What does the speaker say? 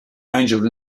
angel